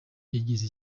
yageze